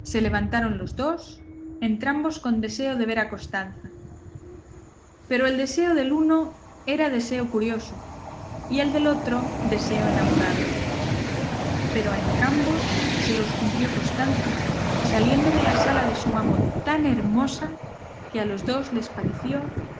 se levantaron los dos entrambos con deseo de ver a costanza pero el deseo del uno era deseo curioso y el del otro deseo enamorado pero a entrambos se los cumplió costanza saliendo de la sala de su amo tan hermosa que a los dos les pareció